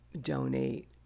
donate